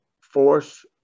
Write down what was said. force